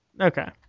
Okay